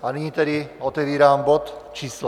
A nyní tedy otevírám bod číslo